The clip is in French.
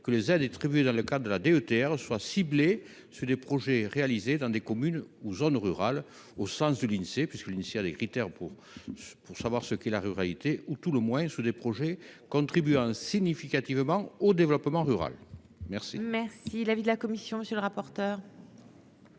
que les des tribus dans le cas de la DETR soit ciblée sur des projets réalisés dans des communes où John rurales au sens de l'Insee puisque l'initie à des critères pour pour savoir ce qu'est la ruralité ou tout le moins, sous des projets contribue hein significativement au développement rural, merci, merci. Si l'avis de la commission, monsieur le rapporteur.